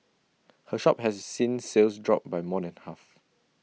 her shop has seen sales drop by more than half